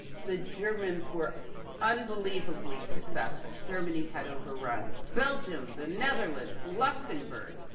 the germans were unbelievably successful. germany had overrun belgium, the netherlands, luxembourg.